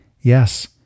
Yes